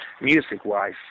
music-wise